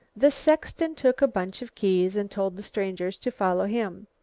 the sexton took a bunch of keys and told the strangers to follow him.